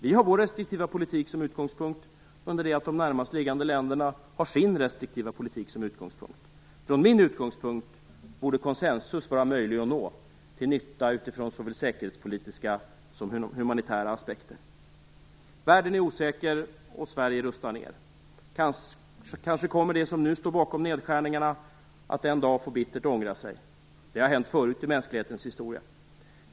Vi har vår restriktiva politik som utgångspunkt under det att de närmast liggande länderna har sin restriktiva politik som utgångspunkt. Från min utgångspunkt borde konsensus vara möjlig att nå, till nytta utifrån såväl säkerhetspolitiska som humanitära aspekter. Världen är osäker och Sverige rustar ned. Kanske kommer de som nu står bakom nedskärningarna att en dag bittert få ångra sig. Det har hänt förut i mänsklighetens historia.